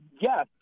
Yes